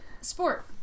sport